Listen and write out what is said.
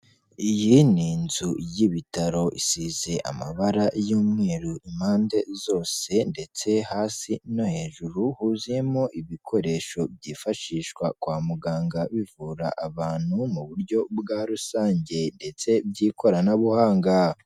Iyi ni inzu y'Ibitaro isize amabara y'umweru impande zose ndetse hasi no hejuru huzuyemo ibikoresho byifashishwa kwa muganga bivura abantu mu buryo bwa rusange ndetse by'ikoranabuhanga.